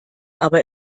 aber